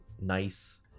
nice